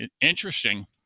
interesting